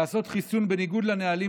לעשות חיסון לילד בניגוד לנהלים